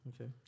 okay